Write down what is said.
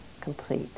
complete